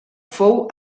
fou